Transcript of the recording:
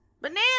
Banana